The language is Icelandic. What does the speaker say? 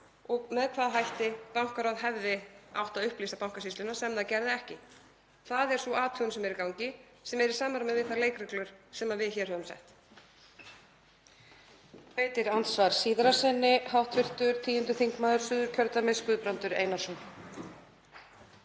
og með hvaða hætti bankaráð hefði átt að upplýsa Bankasýsluna, sem það gerði ekki. Það er sú athugun sem er í gangi og er í samræmi við þær leikreglur sem við hér höfum sett.